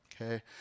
Okay